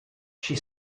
she